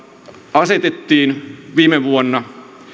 asetettiin viime vuonna